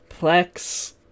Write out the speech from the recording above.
Plex